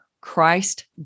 Christ